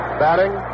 batting